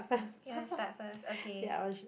you want start first okay